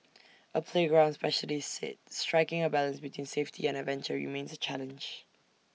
A playground specialist said striking A balance between safety and adventure remains A challenge